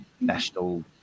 national